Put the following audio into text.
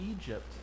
Egypt